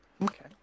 okay